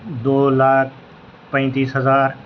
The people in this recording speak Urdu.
دو لاکھ پینتس ہزار